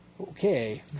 Okay